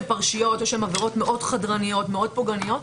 פרשיות או הם עבירות מאוד חודרניות ופוגעניות.